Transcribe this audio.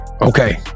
Okay